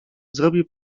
zrobi